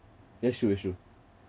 that's true that's true